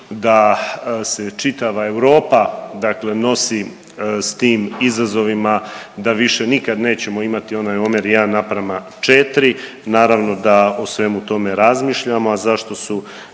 da se čitava Europa dakle nosi s tim izazovima da više nikad nećemo imati onaj omjer 1:4, naravno da o svemu tome razmišljamo, a zašto su